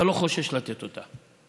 אתה לא חושש לתת אותה.